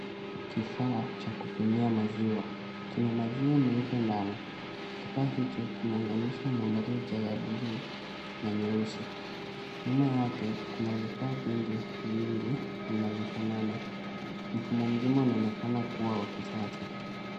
Kifaa cha kupimia maziwa kina maziwa meupe ndani, kifaa hicho kimeunganishwa na mrija ya buluu na nyeusi, nyuma yake kuna vifaa vingi vinavyofanana, mfumo mzima unaonekana kuwa wa kisasa.